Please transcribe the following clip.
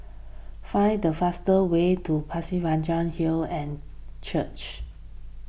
find the fastest way to Pasir Panjang Hill and Church